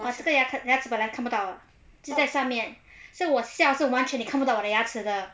oh 这个牙牙子本来看不到的就在上面 so 我笑的时候完全你看不到我的牙齿的